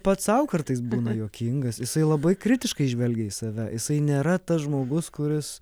pats sau kartais būna juokingas jisai labai kritiškai žvelgia į save jisai nėra tas žmogus kuris